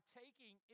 taking